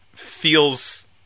Feels